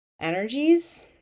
energies